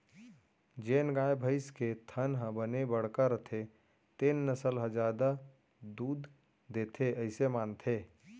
जेन गाय, भईंस के थन ह बने बड़का रथे तेन नसल ह जादा दूद देथे अइसे मानथें